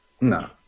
No